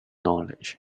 knowledge